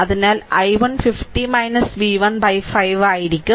അതിനാൽ i1 50 v1 5 ആയിരിക്കും